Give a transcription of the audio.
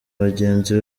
bagenzi